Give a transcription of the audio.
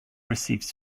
receives